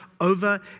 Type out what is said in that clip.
over